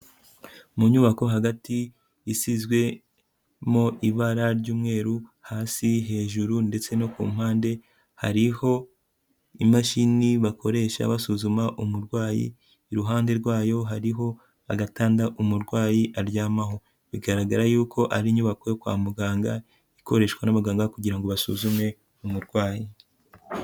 Mu nyubako hagati isizwemo ibara ry'umweru, hasi, hejuru ndetse no ku mpande hariho imashini bakoresha basuzuma umurwayi, iruhande rwayo hariho agatanda umurwayi aryamaho. Bigaragara yuko ari inyubako yo kwa muganga ikoreshwa n'abaganga kugira ngo basuzume umurwayi